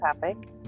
topic